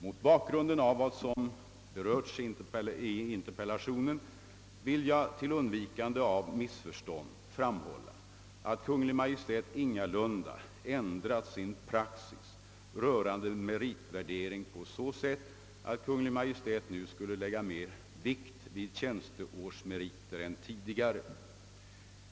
Mot bakgrunden av vad som berörs i interpellationen vill jag till undvikande av missförstånd framhålla, att Kungl. Maj:t ingalunda ändrat sin praxis rörande meritvärdering på så sätt att Kungl. Maj:t nu skulle lägga mer vikt vid tjänsteårsmeriter än tidigare.